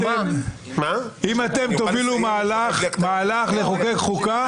אם אתם תובילו מהלך לחוקק חוקה,